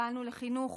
פעלנו לחינוך